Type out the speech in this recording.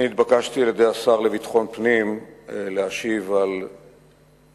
אני התבקשתי על-ידי השר לביטחון פנים להשיב על ההצעות